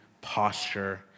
posture